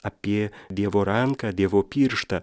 apie dievo ranką dievo pirštą